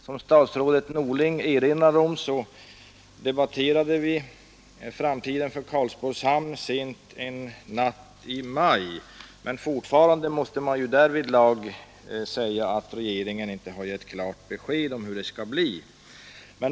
Som statsrådet Norling erinrade om debatterade vi sent en natt i maj framtiden för Karlsborgs hamn, men fortfarande måste man därvidlag säga att regeringen inte har givit klart besked.